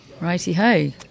Righty-ho